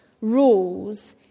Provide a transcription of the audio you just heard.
rules